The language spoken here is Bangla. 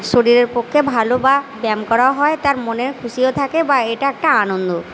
শরীরের পক্ষে ভালো বা ব্যায়াম করাও হয় তার মনে খুশিও থাকে বা এটা একটা আনন্দ